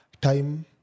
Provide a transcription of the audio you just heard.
time